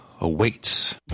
Awaits